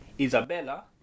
Isabella